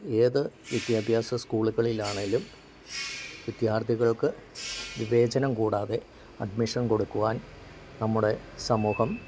ഏത് വിദ്യാഭ്യാസ സ്കൂളുകളിൽ ആണേലും വിദ്യാർത്ഥികൾക്ക് വിവേചനം കൂടാതെ അഡ്മിഷൻ കൊടുക്കുവാൻ നമ്മുടെ സമൂഹം